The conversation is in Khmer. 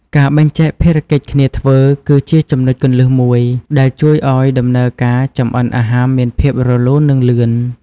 ការបែងចែកភារកិច្ចគ្នាធ្វើគឺជាចំណុចគន្លឹះមួយដែលជួយឱ្យដំណើរការចម្អិនអាហារមានភាពរលូន និងលឿន ។